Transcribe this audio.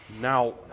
Now